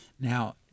Now